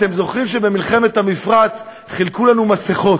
אתם זוכרים שבמלחמת המפרץ חילקו לנו מסכות?